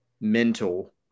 mental